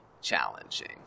challenging